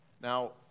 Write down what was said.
Now